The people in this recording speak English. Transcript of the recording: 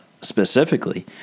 specifically